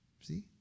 See